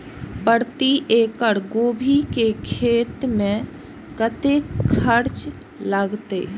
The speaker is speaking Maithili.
प्रति एकड़ गोभी के खेत में कतेक खर्चा लगते?